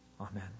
Amen